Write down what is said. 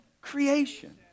creation